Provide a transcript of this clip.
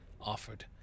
offered